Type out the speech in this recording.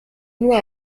nur